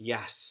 Yes